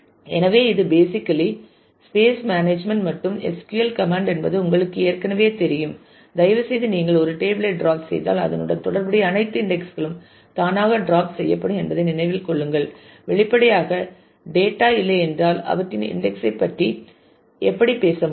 எனவே இது basically space management மற்றும் SQL கமண்ட் என்பது உங்களுக்கு ஏற்கனவே தெரியும் தயவுசெய்து நீங்கள் ஒரு டேபிள் ஐ ட்ராப் செய்தால் அதனுடன் தொடர்புடைய அனைத்து இன்டெக்ஸ் களும் தானாக ட்ராப் செய்யப்படும் என்பதை நினைவில் கொள்ளுங்கள் வெளிப்படையாக டேட்டா இல்லை என்றால் அவற்றின் இன்டெக்ஸ் ஐ பற்றி எப்படி பேச முடியும்